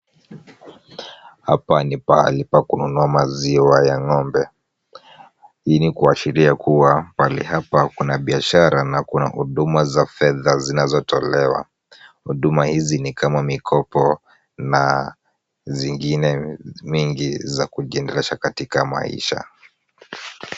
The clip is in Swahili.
Hapa ni pahali ya kununua maziwa ya ng'ombe. Hii ni kuashiria pahali hapa kuna biashra ba kuna huduma za fedha zinazotolewa. Huduma hizi ni kama mikopo na zingine mingi za kujiendeleza katika maisha.